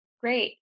Great